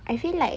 I feel like